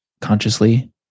consciously